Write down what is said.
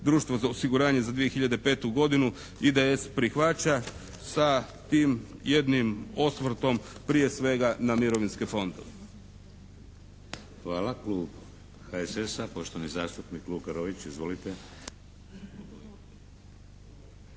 društva za osiguranje za 2005. godinu IDS prihvaća sa tim jednim osvrtom prije svega na mirovinske fondove. **Šeks, Vladimir (HDZ)** Hvala. Klub HSS-a, poštovani zastupnik Luka Roić. Izvolite.